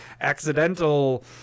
accidental